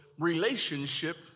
relationship